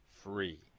free